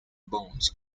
bones